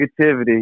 negativity